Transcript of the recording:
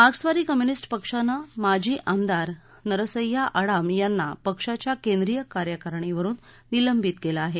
मार्क्सवादी कम्यूनिस्ट पक्षानं माजी आमदार नरसय्या आडम यांना पक्षाच्या केंद्रीय कार्यकारिणीवरून निलंबित केलं आहे